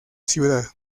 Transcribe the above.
ciudad